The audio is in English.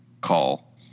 call